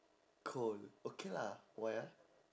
cold okay lah why ah